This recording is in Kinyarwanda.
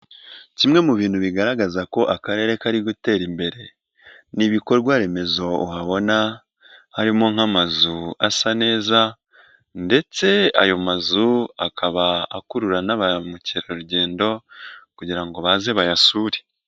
Kimwe mu bintu bigaragaza ko Akarere kari gutera imbere, ni ibikorwa remezo uhabona harimo nk'amazu asa neza ndetse ayo mazu akaba akurura na ba mukerarugendo kugira ngo baze bayasure.